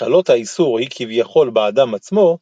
וחלות האיסור היא כביכול באדם עצמו,